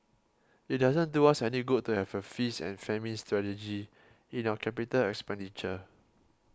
it doesn't do us any good to have a feast and famine strategy in our capital expenditure